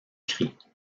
cris